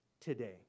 Today